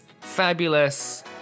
fabulous